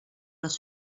les